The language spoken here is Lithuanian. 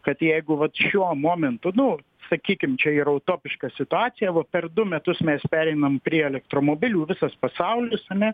kad jeigu vat šiuo momentu nu sakykim čia yra utopiška situacija va per du metus mes pereinam prie elektromobilių visas pasaulis ane